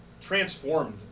transformed